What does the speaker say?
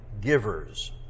givers